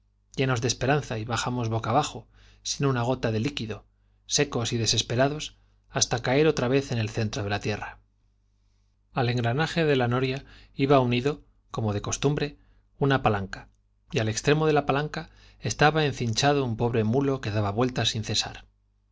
llenos de esperanza y bajamos boca abajo sin una gota de líquido secos y desespe rados hasta caer otra vez en el centro de la tierra al de la noria iba unida de engranaje como cos tumbre una palanca al extremo de la palanca y estaba encinchado un pobre mulo que daba vueltas sin cesar